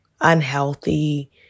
unhealthy